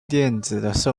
电子